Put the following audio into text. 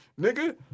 nigga